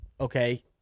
okay